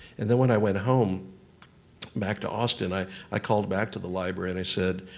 and then when i went home back to austin i i called back to the library. and i said,